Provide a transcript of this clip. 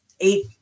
eight